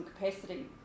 capacity